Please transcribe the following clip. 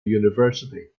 university